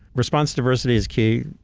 response diversity is key.